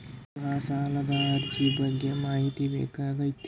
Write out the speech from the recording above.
ಗೃಹ ಸಾಲದ ಅರ್ಜಿ ಬಗ್ಗೆ ಮಾಹಿತಿ ಬೇಕಾಗೈತಿ?